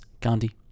Gandhi